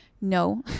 no